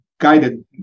guided